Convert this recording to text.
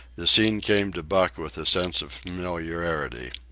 the scene came to buck with a sense of familiarity.